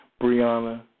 Brianna